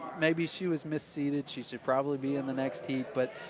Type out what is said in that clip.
maybe she was misseeded, she should probably be in the next heat, but